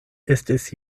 estis